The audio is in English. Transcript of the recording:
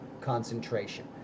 concentration